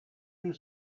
you